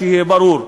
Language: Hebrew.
שיהיה ברור,